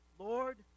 Lord